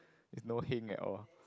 no heng at all